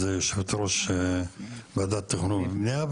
יושבת-ראש ועדת תכנון ובנייה.